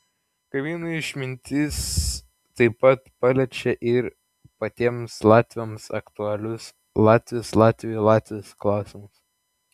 kaimynų išmintis taip pat paliečia ir patiems latviams aktualius latvis latviui latvis klausimus